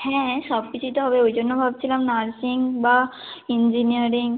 হ্যাঁ সব কিচুই ধর ওই জন্য ভাবছিলাম নার্সিং বা ইঞ্জিনিয়ারিং